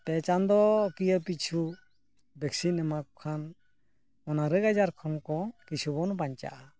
ᱯᱮ ᱪᱟᱸᱫᱚᱠᱤᱭᱟᱹ ᱯᱤᱪᱷᱩ ᱵᱷᱮᱠᱥᱤᱱ ᱮᱢᱟᱠᱚ ᱠᱷᱟᱱ ᱚᱱᱟ ᱨᱳᱜᱽ ᱟᱡᱟᱨ ᱠᱷᱚᱱ ᱠᱚ ᱠᱤᱪᱷᱩ ᱵᱚᱱ ᱵᱟᱧᱪᱟᱜᱼᱟ